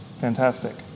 Fantastic